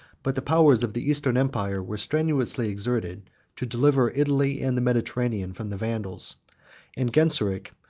but the powers of the eastern empire were strenuously exerted to deliver italy and the mediterranean from the vandals and genseric,